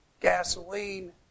gasoline